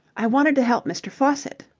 i wanted to help mr. faucitt.